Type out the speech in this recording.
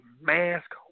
mask